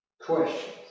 questions